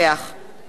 אורי אורבך,